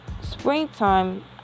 springtime